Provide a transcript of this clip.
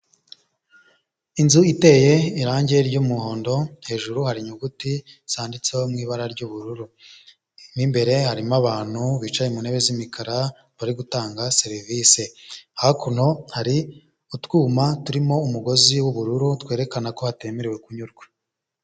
Inzu iteye irange ry'umuhondo hejuru hari inyuguti zanditseho mu ibara ry'ubururu, mu imbere harimo abantu bicaye mu ntebe z'imikara bari gutanga serivisi, hakuno hari utwuma turimo umugozi w'ubururu twerekana ko hatemerewe kunyurwa.